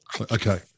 Okay